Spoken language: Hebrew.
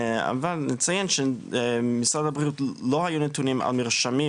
אבל נציין שלמשרד הבריאות לא היו נתונים על מרשמים,